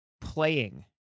playing